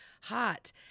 hot